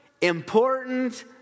important